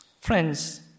Friends